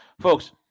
Folks